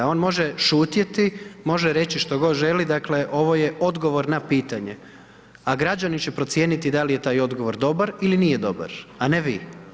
On može šutjeti, može reći što god želi, dakle ovo je odgovor na pitanje, a građani će procijeniti da li je taj odgovor dobar ili nije dobar, a ne vi.